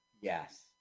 Yes